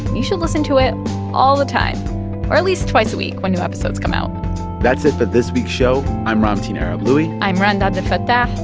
you should listen to it all the time or at least twice a week, when new episodes come out that's it for this week's show. i'm ramtin arablouei i'm rund abdelfatah.